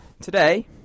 Today